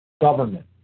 government